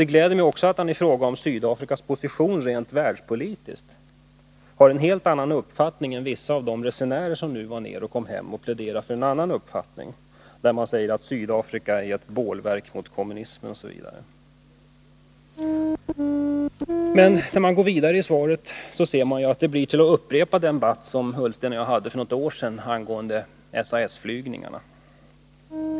Det gläder mig också att utrikesministern i fråga om Sydafrikas position rent världspolitiskt har en helt annan uppfattning än vissa av de resenärer som nu varit där nere och kom hem och pläderade för sin uppfattning. De säger att Sydafrika är ett bålverk mot kommunismen osv. Men när man går vidare i svaret ser man att det i stort blir fråga om att upprepa den debatt som Ola Ullsten och jag hade för något år sedan angående SAS-flygningarna.